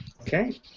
Okay